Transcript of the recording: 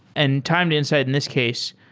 and time to insight, in this case,